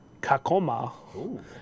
Kakoma